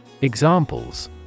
Examples